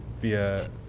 via